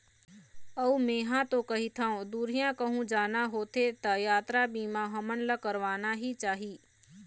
अऊ मेंहा तो कहिथँव दुरिहा कहूँ जाना होथे त यातरा बीमा हमन ला करवाना ही चाही